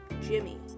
Jimmy